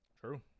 True